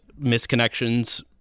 misconnections